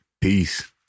Peace